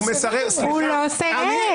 הוא לא סירב.